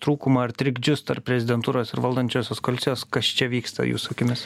trūkumą ar trikdžius tarp prezidentūros ir valdančiosios koalicijos kas čia vyksta jūsų akimis